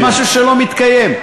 למשהו שלא מתקיים.